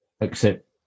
accept